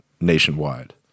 nationwide